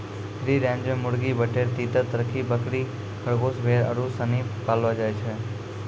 free range मे मुर्गी, बटेर, तीतर, तरकी, बकरी, खरगोस, भेड़ आरु सनी पाललो जाय छै